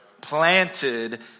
planted